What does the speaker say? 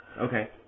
Okay